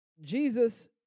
Jesus